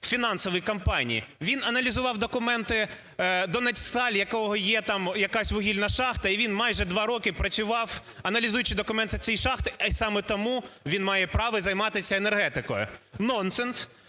він аналізував документи "Донецьксталь", в якого є там якась вугільна шахта, і він майже два роки працював, аналізуючи документи цієї шахти, і саме тому він має право займатися енергетикою. Нонсенс.